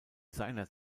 seiner